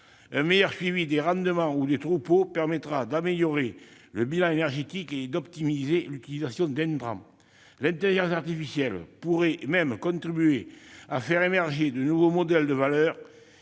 un meilleur suivi des rendements ou des troupeaux permettra d'améliorer le bilan énergétique et d'optimiser l'utilisation d'intrants. L'intelligence artificielle pourrait même contribuer à faire émerger de nouveaux modèles de valeur